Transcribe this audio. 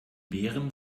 beeren